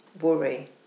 worry